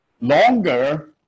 longer